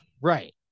right